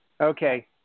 Okay